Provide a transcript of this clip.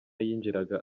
yinjiraga